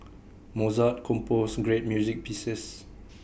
Mozart composed great music pieces